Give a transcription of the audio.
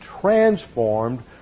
transformed